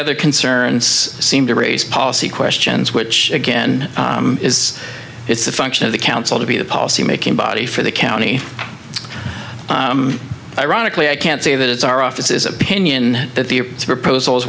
other concerns seem to raise policy questions which again is it's the function of the council to be the policymaking body for the county ironically i can't say that it's our office is opinion that the proposal